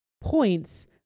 points